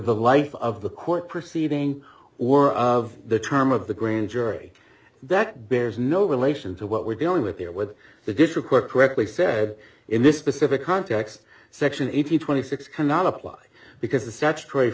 the life of the court proceeding or of the term of the grand jury that bears no relation to what we're dealing with here with the district court correctly said in this specific context section eighteen twenty six cannot apply because the sex trade